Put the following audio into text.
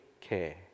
care